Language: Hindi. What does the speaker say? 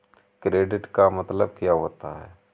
क्रेडिट का मतलब क्या होता है?